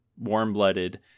warm-blooded